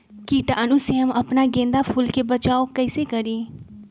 कीटाणु से हम अपना गेंदा फूल के बचाओ कई से करी?